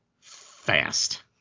fast